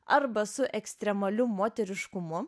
arba su ekstremaliu moteriškumu